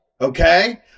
okay